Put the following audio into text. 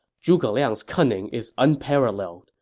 zhuge liang's cunning is unparalleled,